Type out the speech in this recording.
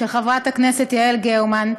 של חברת הכנסת יעל גרמן,